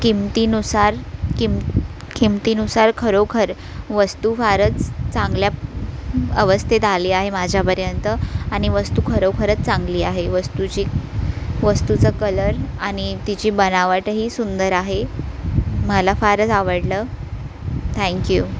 किमतीनुसार किम किमतीनुसार खरोखर वस्तू फारच चांगल्या अवस्थेत आली आहे माझ्यापर्यंत आणि वस्तू खरोखरच चांगली आहे वस्तूची वस्तूचं कलर आणि तिची बनावटही सुंदर आहे मला फारच आवडलं थँक्यू